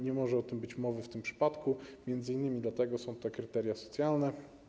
Nie może o tym być mowy w tym przypadku, m.in. dlatego są te kryteria socjalne.